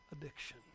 addiction